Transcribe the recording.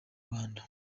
rwanda